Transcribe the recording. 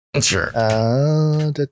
Sure